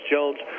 Jones